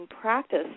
practice